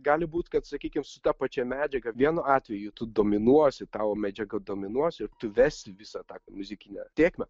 gali būt kad sakykim su ta pačia medžiaga vienu atveju tu dominuosi tavo medžiaga dominuos ir tu vesi visą tą muzikinę tėkmę